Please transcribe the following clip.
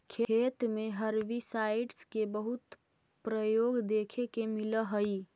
खेत में हर्बिसाइडस के बहुत प्रयोग देखे के मिलऽ हई